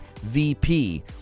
VP